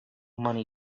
money